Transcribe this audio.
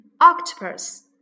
octopus